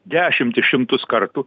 dešimtis šimtus kartų